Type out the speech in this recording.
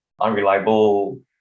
unreliable